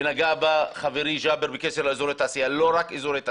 שנגע בה חברי ג'אבר בקשר לאזורי תעשייה לא רק אזורי תעשייה.